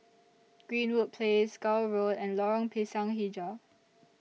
Greenwood Place Gul Road and Lorong Pisang Hijau